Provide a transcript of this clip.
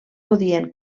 podien